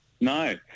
no